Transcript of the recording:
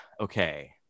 okay